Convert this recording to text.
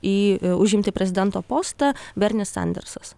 į užimti prezidento postą bernis sandersas